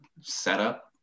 setup